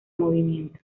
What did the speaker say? movimiento